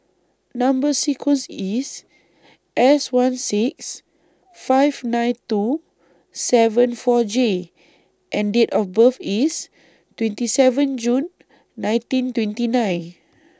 Number sequence IS S one six five nine two seven four J and Date of birth IS twenty seven June nineteen twenty nine